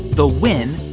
the when,